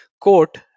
quote